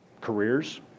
careers